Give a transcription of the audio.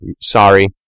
sorry